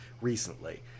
recently